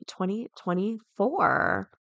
2024